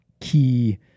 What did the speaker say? key